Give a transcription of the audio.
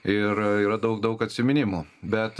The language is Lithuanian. ir yra daug daug atsiminimų bet